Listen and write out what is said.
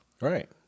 Right